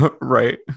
right